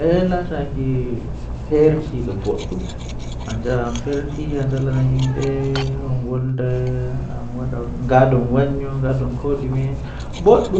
Ndabbawa manga jei mi laari kanjum woni woodi liɗɗi manga Ko Dum ndiyam ɓurɗo ngona miɗo waawi njamaadi ko, ko miɗo Heɓaade